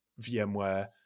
VMware